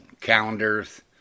calendars